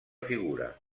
figura